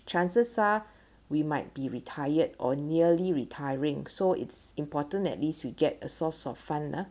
chances are we might be retired or nearly retiring so it's important at least we get a source of fund ah